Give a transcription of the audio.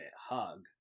hug